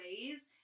ways